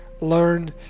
Learn